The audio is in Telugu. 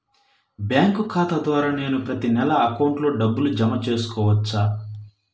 బ్యాంకు ఖాతా ద్వారా నేను ప్రతి నెల అకౌంట్లో డబ్బులు జమ చేసుకోవచ్చా?